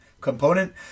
component